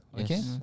Okay